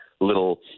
little